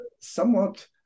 somewhat